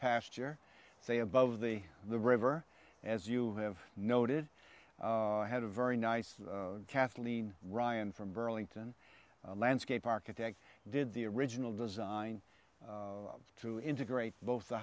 year say above the the river as you have noted had a very nice kathleen ryan from burlington landscape architect did the original design to integrate both the